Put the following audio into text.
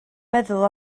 meddwl